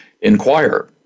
inquire